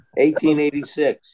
1886